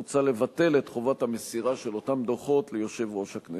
מוצע לבטל את חובת המסירה של אותם דוחות ליושב-ראש הכנסת.